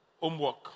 Homework